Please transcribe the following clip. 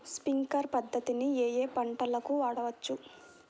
Sprinkler పద్ధతిని ఏ ఏ పంటలకు వాడవచ్చు?